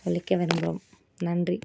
செழிக்க விரும்புகிறோம் நன்றி